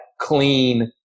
clean